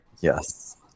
Yes